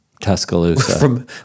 Tuscaloosa